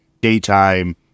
daytime